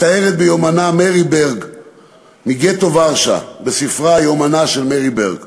מתארת ביומנה מרי ברג מגטו ורשה בספרה "יומנה של מרי ברג":